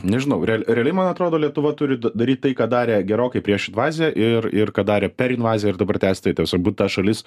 nežinau re realiai man atrodo lietuva turi d daryt tai ką darė gerokai prieš invaziją ir ir ką darė per invaziją ir dabar tęst tai tiesiog būt šalis